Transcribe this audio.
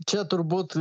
čia turbūt